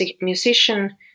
musician